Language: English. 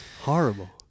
Horrible